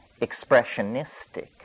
expressionistic